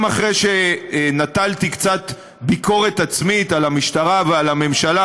גם אחרי שנטלתי קצת ביקורת עצמית על המשטרה ועל הממשלה,